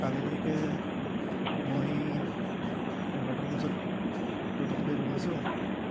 কালিলৈকে মই এঘাৰটামান বজাত তোৰ তালৈকে গৈ আছোঁ